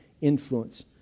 influence